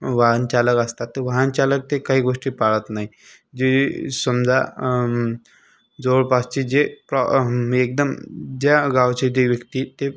वाहनचालक असतात ते वाहनचालक ते काही गोष्टी पाळत नाही जे समजा जवळपासचे जे प्रो एकदम ज्या गावचे ते व्यक्ती ते